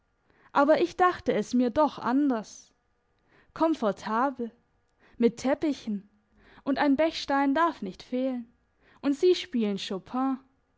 aber ich dachte es mir doch anders comfortable mit teppichen und ein bechstein darf nicht fehlen und sie spielen